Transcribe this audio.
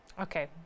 Okay